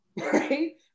Right